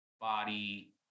body